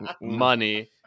money